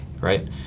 right